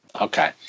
okay